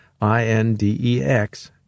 i-n-d-e-x